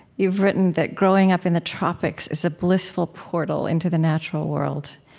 you've written that growing up in the tropics is a blissful portal into the natural world.